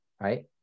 right